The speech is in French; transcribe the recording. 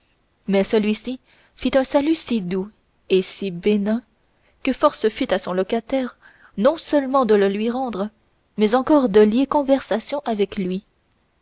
mais celui-ci fit un salut si doux et si bénin que force fut à son locataire non seulement de le lui rendre mais encore de lier conversation avec lui